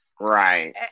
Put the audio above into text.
right